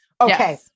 Okay